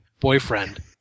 boyfriend